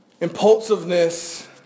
Impulsiveness